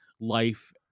life